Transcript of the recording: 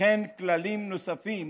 וכן כללים נוספים